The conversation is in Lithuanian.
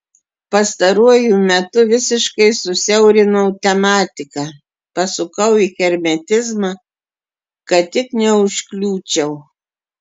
pastaruoju metu visiškai susiaurinau tematiką pasukau į hermetizmą kad tik neužkliūčiau